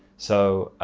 so